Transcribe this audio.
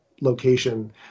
location